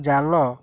ଜାଲ